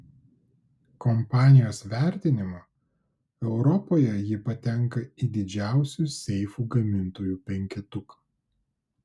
kompanijos vertinimu europoje ji patenka į didžiausių seifų gamintojų penketuką